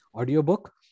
audiobook